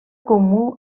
comú